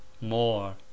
more